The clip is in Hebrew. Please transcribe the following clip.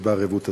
ובערבות הדדית.